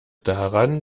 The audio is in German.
daran